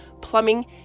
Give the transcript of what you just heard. plumbing